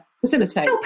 facilitate